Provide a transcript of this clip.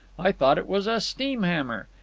i thought it was a steam-hammer.